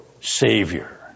savior